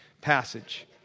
passage